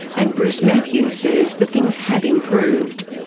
and bruce matthews says that things have improved.